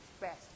best